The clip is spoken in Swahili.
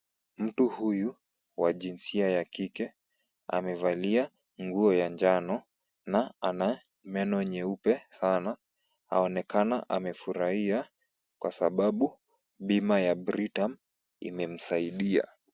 Mtu huyu wa jinsia ya kike, amevalia nguo ya njano na ana meno nyeupe sana. Aonekana amefurahia kwa sababu bima ya Britam imemsaidia.